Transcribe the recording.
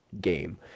game